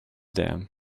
them